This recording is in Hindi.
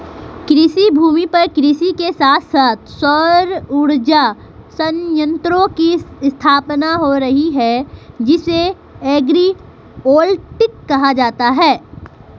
कृषिभूमि पर कृषि के साथ साथ सौर उर्जा संयंत्रों की स्थापना हो रही है जिसे एग्रिवोल्टिक कहा जाता है